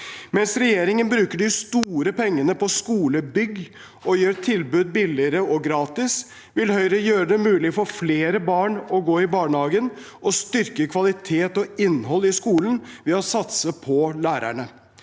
Mens regjeringen bruker de store pengene på skolebygg og å gjøre tilbud billigere og gratis, vil Høyre gjøre det mulig for fle re barn å gå i barnehagen og styrke kvalitet og innhold i skolen ved å satse på lærerne.